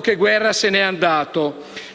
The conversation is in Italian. che Guerra se n'è andato.